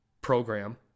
program